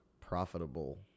profitable